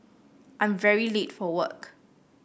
I'm very late for work